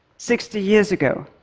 sixty years ago,